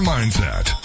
Mindset